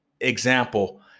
example